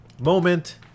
moment